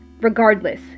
regardless